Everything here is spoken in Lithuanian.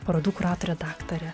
parodų kuratore daktare